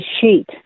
sheet